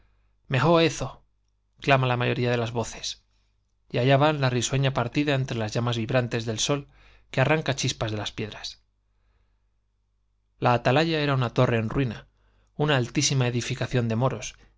e jezo clama la mayoría de las voces y allá va la risueña partida entre las llamas vibrantes del arranca chispas de las piedras sol que torre en ruina una altísima edi la atalaya era una ficación de moros